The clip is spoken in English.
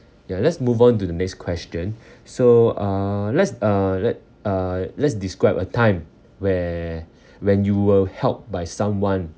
ya let's move on to the next question so uh let's uh let uh let's describe a time where when you were helped by someone